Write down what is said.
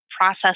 process